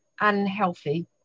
unhealthy